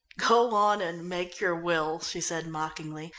go on and make your will, she said mockingly.